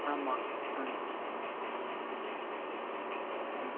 ஆமாம் ம் ம்